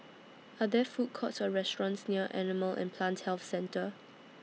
Are There Food Courts Or restaurants near Animal and Plant Health Centre